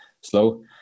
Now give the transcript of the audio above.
slow